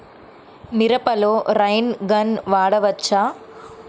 మిరపలో rain gun వాడవచ్చా?